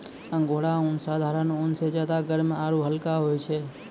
angora ऊन साधारण ऊन स ज्यादा गर्म आरू हल्का होय छै